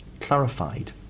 clarified